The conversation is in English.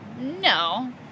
no